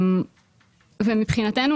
ומבחינתנו,